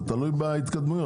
זה תלוי בהתקדמויות,